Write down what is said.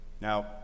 Now